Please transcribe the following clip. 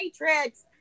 matrix